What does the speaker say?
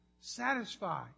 Satisfy